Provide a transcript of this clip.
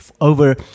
over